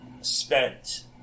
spent